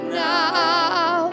now